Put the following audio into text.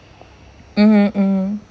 mmhmm mmhmm